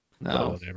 No